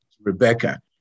Rebecca